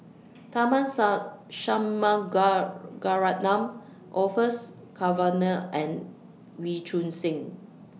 Tharman Shanmugaratnam Orfeur Cavenagh and Wee Choon Seng